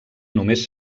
només